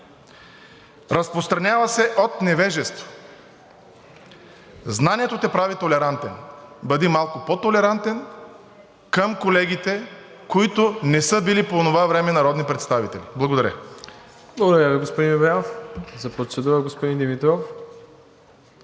разпространява се от невежество. Знанието те прави толерантен – бъди малко по-толерантен към колегите, които не са били по онова време народни представители. Благодаря.